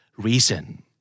Reason